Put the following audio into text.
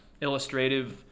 illustrative